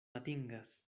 atingas